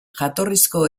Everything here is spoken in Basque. jatorrizko